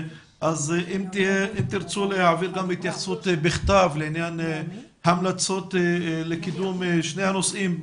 אז אם תרצו להעביר גם התייחסות בכתב לעניין ההמלצות לקידום שני הנושאים,